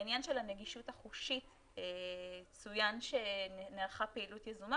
בעניין של הנגישות החושית צוין שנערכה פעילות יזומה